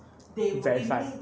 verify